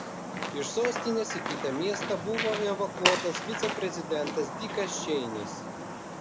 iš sostinės į kitą miestą buvo evakuotas viceprezidentas dikas čeinis